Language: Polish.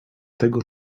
tego